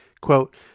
Quote